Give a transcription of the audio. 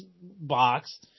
box